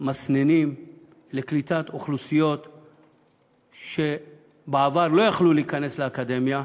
מסננים לקליטת אוכלוסיות שבעבר לא יכלו להיכנס לאקדמיה,